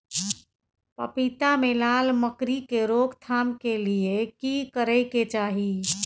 पपीता मे लाल मकरी के रोक थाम के लिये की करै के चाही?